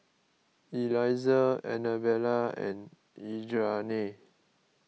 Elizah Annabella and Idamae